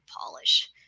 polish